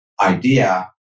idea